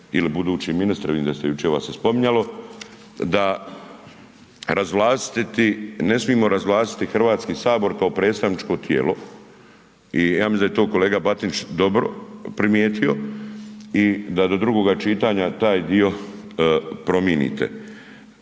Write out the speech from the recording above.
ili budući ministre vidim da se jučer vas se spominjalo da, razvlastiti ne smijemo razvlastiti Hrvatski sabor kao predstavničko tijelo i ja mislim da to kolega Batinič dobro primijetio i da do drugoga čitanja taj dio prominite.